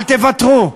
אל תוותרו.